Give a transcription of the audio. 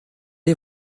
est